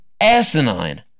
asinine